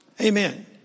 Amen